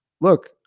look